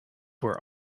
were